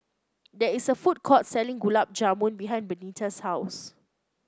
there is a food court selling Gulab Jamun behind Benita's house